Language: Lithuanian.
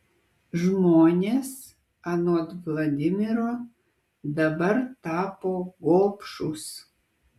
žmonės anot vladimiro dabar tapo gobšūs